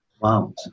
wow